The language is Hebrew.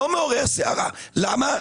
למה?